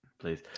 Please